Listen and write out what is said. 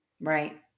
Right